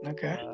Okay